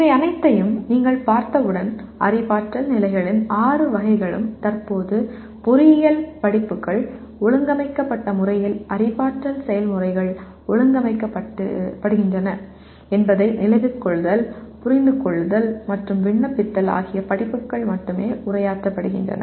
இவை அனைத்தையும் நீங்கள் பார்த்தால் அறிவாற்றல் நிலைகளின் ஆறு வகைகளும் தற்போது பொறியியல் படிப்புகள் ஒழுங்கமைக்கப்பட்ட முறையில் அறிவாற்றல் செயல்முறைகள் ஒழுங்கமைக்கப்படுகின்றன நினைவில் கொள்ளுதல் புரிந்து கொள்ளுதல் மற்றும் விண்ணப்பித்தல் ஆகிய நிலைகள் மட்டுமே உரையாற்றப்படுகின்றன